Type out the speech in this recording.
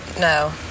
no